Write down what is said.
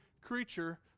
creature